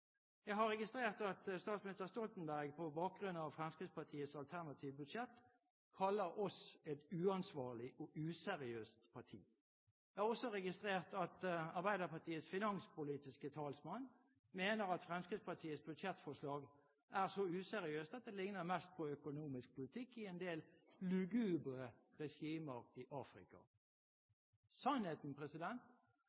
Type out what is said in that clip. Jeg har registrert at statsminister Stoltenberg på bakgrunn av Fremskrittspartiets alternative budsjett kaller oss et uansvarlig og useriøst parti. Jeg har også registrert at Arbeiderpartiets finanspolitiske talsmann mener at Fremskrittspartiets budsjettforslag er så useriøst at det ligner mest på den økonomiske politikken i «en del lugubre regimer i Afrika».